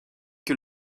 que